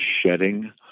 shedding